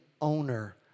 owner